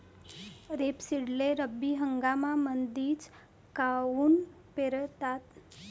रेपसीडले रब्बी हंगामामंदीच काऊन पेरतात?